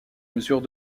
mesure